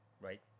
right